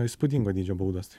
įspūdingo dydžio baudos